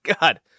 God